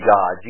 God